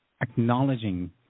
acknowledging